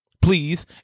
Please